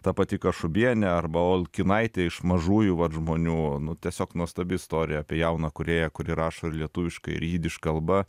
ta pati kašubienė arba olkinaitė iš mažųjų vat žmonių nu tiesiog nuostabi istorija apie jauną kūrėją kuri rašo ir lietuviškai ir jidiš kalba